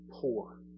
poor